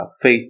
faith